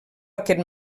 aquest